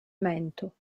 mento